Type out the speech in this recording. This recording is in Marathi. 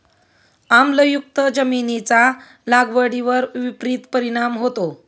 आम्लयुक्त जमिनीचा लागवडीवर विपरीत परिणाम होतो